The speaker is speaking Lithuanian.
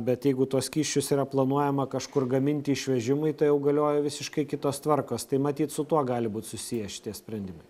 bet jeigu tuos skysčius yra planuojama kažkur gaminti išvežimui tai jau galioja visiškai kitos tvarkos tai matyt su tuo gali būt susiję šitie sprendimai